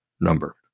number